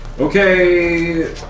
Okay